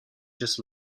just